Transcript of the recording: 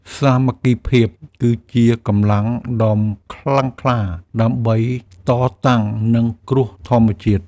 សាមគ្គីភាពគឺជាកម្លាំងដ៏ខ្លាំងក្លាដើម្បីតតាំងនឹងគ្រោះធម្មជាតិ។